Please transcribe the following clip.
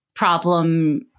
problem